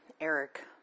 Eric